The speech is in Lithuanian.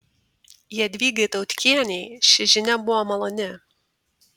jadvygai tautkienei ši žinia buvo maloni